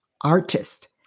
Artist